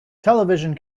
television